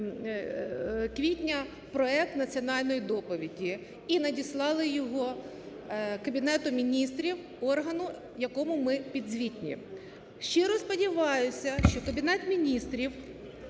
квітня проект національної доповіді і надіслали його Кабінету Міністрів, органу, якому ми підзвітні. Щиро сподіваюся, що Кабінет Міністрів